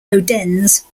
odense